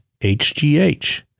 HGH